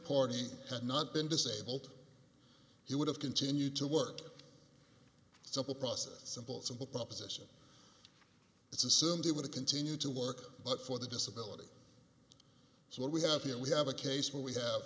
party had not been disabled he would have continued to work simple process simple simple proposition it's assumed it would continue to work but for the disability so what we have here we have a case where we have